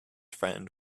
friend